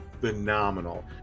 phenomenal